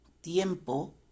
tiempo